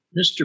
mr